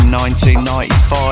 1995